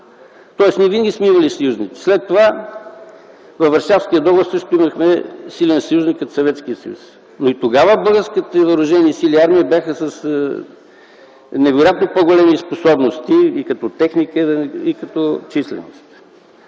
тоест ние винаги сме имали съюзници. След това във Варшавския договор също имахме силен съюзник – Съветският съюз, но и тогава българските въоръжени сили и армия бяха с невероятно по-големи способности и като техника, и като численост.